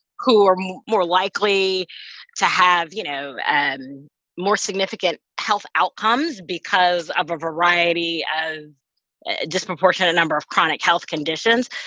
who are more more likely to have, you know, and more significant health outcomes because of a variety of a disproportionate number of chronic health conditions.